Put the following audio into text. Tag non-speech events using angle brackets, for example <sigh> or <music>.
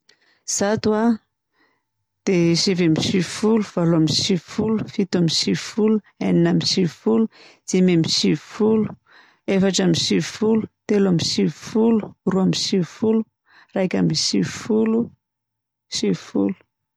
<noise> Zato a, dia sivy amby sivifolo, valo amby sivifolo, fito amby sivifolo, enina amby sivifolo, dimy amby sivifolo, efatra amby sivifolo, telo amby sivifolo, roa amby sivifolo, raika amby sivifolo, sivifolo.